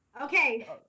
Okay